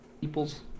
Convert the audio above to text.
peoples